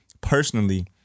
personally